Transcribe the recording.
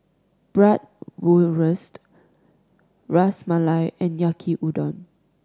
Bratwurst Ras Malai and Yaki Udon